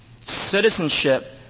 Citizenship